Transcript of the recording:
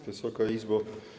Wysoka Izbo!